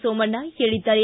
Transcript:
ಸೋಮಣ್ಣ ಹೇಳಿದ್ದಾರೆ